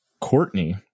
Courtney